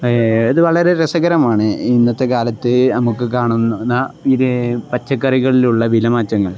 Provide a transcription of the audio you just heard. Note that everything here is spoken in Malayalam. അത് വളരെ രസകരമാണ് ഇന്നത്തെ കാലത്ത് നമുക്ക് കാണുന്ന ഇത് പച്ചക്കറികളിലുള്ള വിലമാറ്റങ്ങൾ